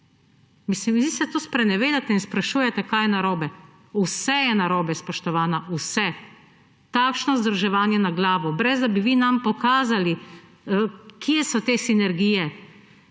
praksi. Vi se tukaj sprenevedate in sprašujete, kaj je narobe. Vse je narobe, spoštovana. Vse. Takšno združevanje na glavo, brez da bi vi nam pokazali, kje so te sinergije,